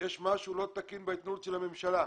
יש משהו לא תקין בהתנהלות של הממשלה,